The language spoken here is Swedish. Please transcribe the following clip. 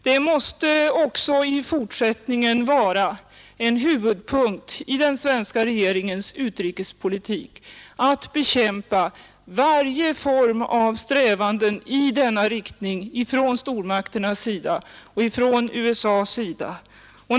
Det måste också i fortsättningen vara en huvudpunkt i den svenska regeringens utrikespolitik att bekämpa varje form av strävanden i denna riktning från USA:s och andra stormakters sida.